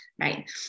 right